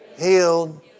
healed